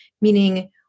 meaning